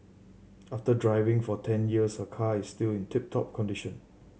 after driving for ten years her car is still in tip top condition